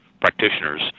practitioners